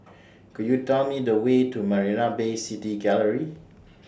Could YOU Tell Me The Way to Marina Bay City Gallery